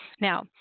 Now